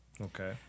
Okay